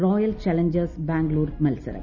royal Challengers Bangalore മത്സരം